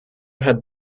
had